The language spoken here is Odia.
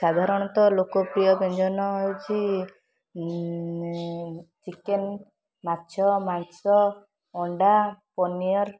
ସାଧାରଣତଃ ଲୋକପ୍ରିୟ ବ୍ୟଞ୍ଜନ ହେଉଛି ଚିକେନ୍ ମାଛ ମାଂସ ଅଣ୍ଡା ପନିର୍